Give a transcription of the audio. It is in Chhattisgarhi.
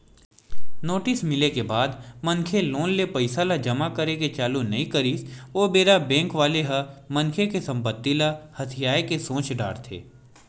नोटिस मिले के बाद मनखे लोन ले पइसा ल जमा करे के चालू नइ करिस ओ बेरा बेंक वाले ह मनखे के संपत्ति ल हथियाये के सोच डरथे